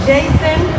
Jason